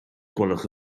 gwelwch